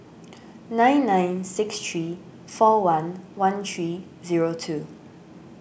nine nine six three four one one three zero two